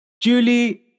Julie